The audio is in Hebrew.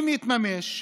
אם יתממש,